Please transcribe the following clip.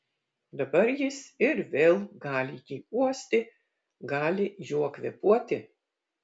dabar jis ir vėl gali jį uosti gali juo kvėpuoti